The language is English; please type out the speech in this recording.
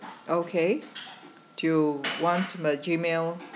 okay do you want to my gmail